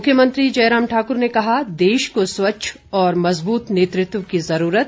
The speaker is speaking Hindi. मुख्यमंत्री जयराम ठाकुर ने कहा देश को स्वच्छ और मज़बूत नेतृत्व की ज़रूरत